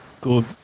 good